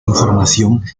información